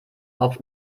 auf